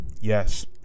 yes